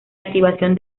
activación